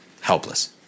Helpless